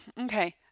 Okay